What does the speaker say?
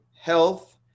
health